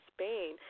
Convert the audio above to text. Spain